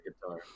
guitar